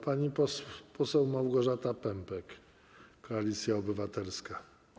Pani poseł Małgorzata Pępek, Koalicja Obywatelska.